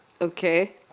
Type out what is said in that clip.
Okay